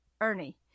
Ernie